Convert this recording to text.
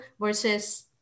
versus